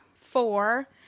four